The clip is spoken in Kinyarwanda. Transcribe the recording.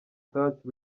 touch